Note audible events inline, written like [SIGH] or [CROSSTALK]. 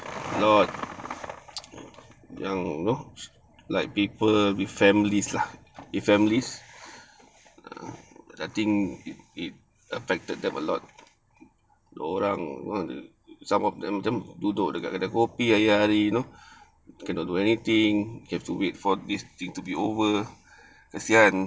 a lot [NOISE] yang know like people with families lah with families [NOISE] I think affected them a lot orang some of them macam duduk kat kedai kopi hari-hari you know cannot do anything have to wait for this thing to be over kesian